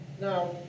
Now